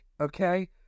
Okay